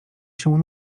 się